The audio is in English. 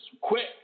quick